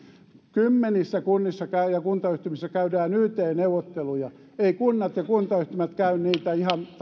kymmenissä kunnissa ja kuntayhtymissä käydään yt neuvotteluja eivät kunnat ja kuntayhtymät käy niitä ihan